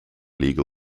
legal